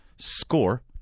score